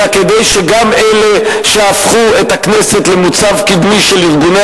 אלא כדי שגם אלה שהפכו את הכנסת למוצב קדמי של ארגוני